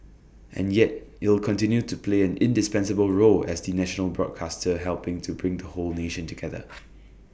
and yet it'll continue to play an indispensable role as the national broadcaster helping to bring the whole nation together